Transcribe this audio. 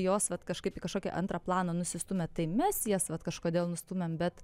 jos vat kažkaip į kažkokį antrą planą nusistūmė tai mes jas vat kažkodėl nustūmėm bet